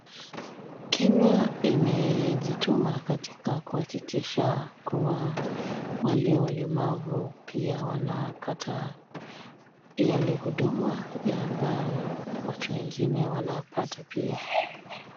kenya imejituma katika kuhakikisha kuwa wale walemavu pia wanapata yale huduma ya ambao watu wengine wanapata pia.